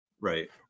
right